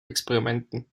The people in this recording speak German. experimenten